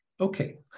Okay